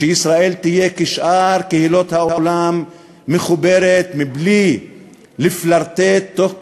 שישראל תהיה כשאר קהילות העולם מחוברת בלי לפלרטט תוך כדי,